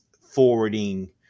forwarding